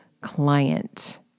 client